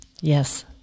Yes